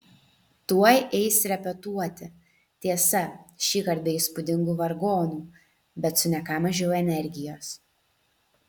tuoj eis repetuoti tiesa šįkart be įspūdingų vargonų bet su ne ką mažiau energijos